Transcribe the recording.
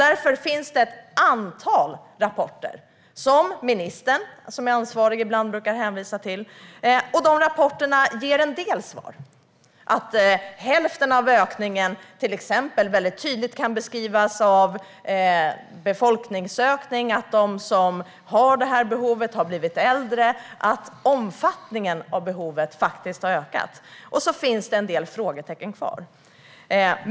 Därför finns det ett antal rapporter, som ministern som ansvarig ibland brukar hänvisa till, och de ger en del svar, till exempel att hälften av ökningen tydligt kan förklaras av befolkningsökning, att de som har assistansbehov har blivit äldre och att omfattningen av behoven har ökat. Sedan finns det en del frågetecken kvar.